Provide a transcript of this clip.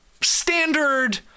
standard